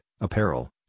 apparel